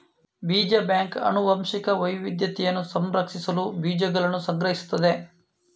ಬೀಜ ಬ್ಯಾಂಕ್ ಆನುವಂಶಿಕ ವೈವಿಧ್ಯತೆಯನ್ನು ಸಂರಕ್ಷಿಸಲು ಬೀಜಗಳನ್ನು ಸಂಗ್ರಹಿಸುತ್ತದೆ